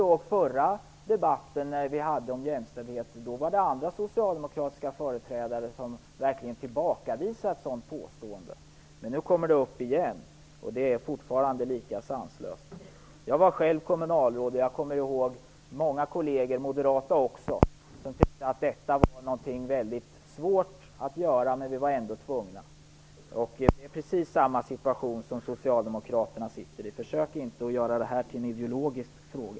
I förra debatten om jämställdhet var det andra socialdemokratiska företrädare och de tillbakavisade verkligen ett sådant påstående. Nu kommer det upp igen, och fortfarande är det lika sanslöst. Jag var själv kommunalråd och erinrar mig att många kolleger, även moderata, tyckte att det var väldigt svårt att göra detta. Det var dock nödvändigt. Det är precis samma situation nu för Socialdemokraterna, så försök inte att göra detta till en ideologisk fråga!